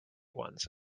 ones